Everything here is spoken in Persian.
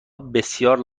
بسیار